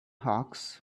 hawks